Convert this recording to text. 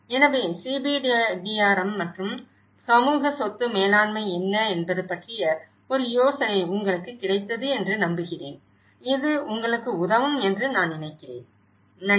எனவே CBDRM மற்றும் சமூக சொத்து மேலாண்மை என்ன என்பது பற்றிய ஒரு யோசனை உங்களுக்கு கிடைத்தது என்று நம்புகிறேன் இது உங்களுக்கு உதவும் என்று நான் நினைக்கிறேன் நன்றி